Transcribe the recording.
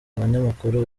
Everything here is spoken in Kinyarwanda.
abanyamakuru